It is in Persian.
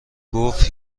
گفت